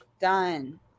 Done